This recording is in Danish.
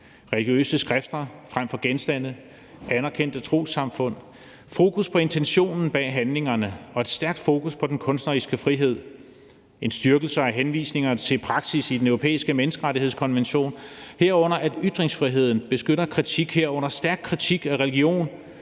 religiøse skrifter frem for genstande, anerkendte trossamfund, fokus på intentionen bag handlingerne og et stærkt fokus på den kunstneriske frihed, en styrkelse og henvisninger til praksis i Den Europæiske Menneskerettighedskonvention, herunder at ytringsfriheden beskytter kritik, herunder stærk kritik, af religion,